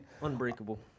Unbreakable